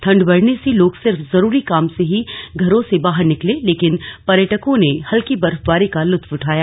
ठंड बढ़ने से लोग सिर्फ जरूरी काम से ही घरों से बाहर निकले लेकिन पर्यटकों ने हल्की बर्फबारी का लुत्फ उठाया